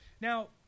Now